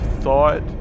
thought